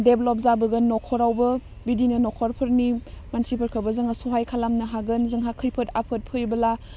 develop जाबोगोन नखरावबो बिदिनो नखरफोरनि मानसिफोरखौबो जोङो सहाय खालामनो हागोन जोंहा खैफोद आफोद फैयोबोला